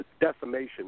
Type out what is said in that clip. decimation